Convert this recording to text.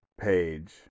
page